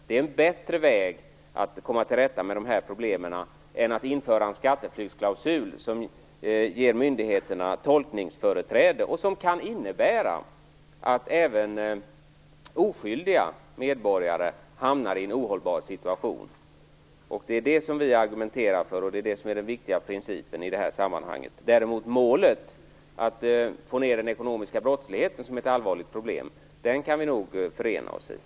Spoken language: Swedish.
Det är en bättre väg att komma till rätta med de här problemen än att införa en skatteflyktsklausul som ger myndigheterna tolkningsföreträde och som kan innebära att även oskyldiga medborgare hamnar i en ohållbar situation. Det är detta som vi argumenterar för och som är den viktiga principen i det här sammanhanget. Målet att få ned den ekonomiska brottsligheten som ett allvarligt problem kan vi däremot nog förena oss om.